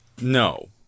No